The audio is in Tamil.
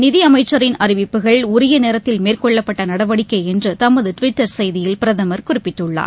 நிதி அமைச்சரின் அறிவிப்புகள் உரிய நேரத்தில் மேற்கொள்ளப்பட்ட நடவடிக்கை என்று தமது டுவிட்டர் செய்தியில் பிரதமர் குறிப்பிட்டுள்ளார்